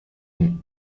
and